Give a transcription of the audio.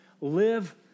live